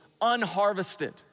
unharvested